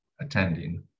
attending